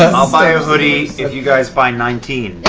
and i'll buy a hoodie if you guys buy nineteen.